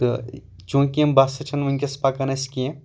تہٕ چوٗنٛکہِ یِم بَسہٕ چھِ نہٕ ؤنٛکیٚس پَکان اَسہِ کیٚنٛہہ